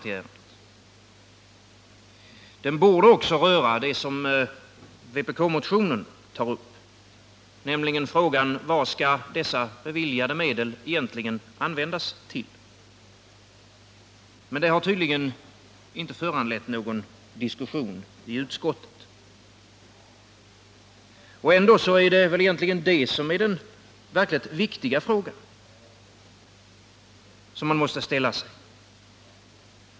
Men ärendet borde också röra det som vpk-motionen tar upp, nämligen frågan vad de beviljade medlen egentligen skall användas till. Men detta har tydligen inte föranlett någon diskussion i utskottet. Ändå är det väl egentligen det som är den verkligt viktiga frågan.